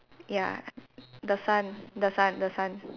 ya the sun the sun the sun